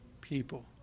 people